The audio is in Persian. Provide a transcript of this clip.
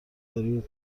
دارید